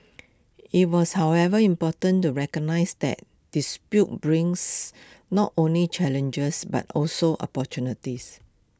IT was however important to recognise that brings not only challengers but also opportunities